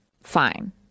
fine